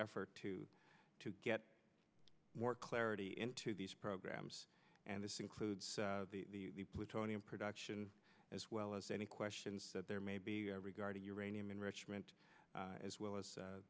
effort to get more clarity into these programs and this includes the plutonium production as well as any questions that there may be regarding uranium enrichment as well as